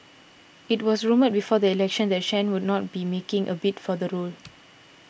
it was rumoured before the election that Chen will not be making a bid for the role